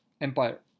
empire